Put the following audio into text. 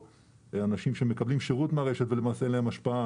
אנשים שמקבלים שירות מהרשת ולמעשה אין להם השפעה,